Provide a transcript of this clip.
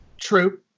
True